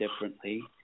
differently